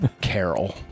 Carol